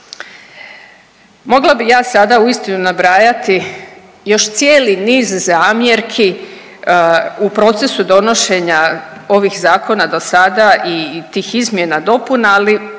Mogla bi ja sada uistinu nabrajati još cijeli niz zamjerki u procesu donošenja ovih zakona do sada i tih izmjena, dopuna, ali